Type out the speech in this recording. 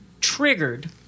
triggered